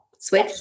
Switch